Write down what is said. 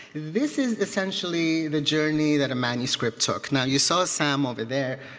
this is essentially the journey that a manuscript took. now you saw some over there.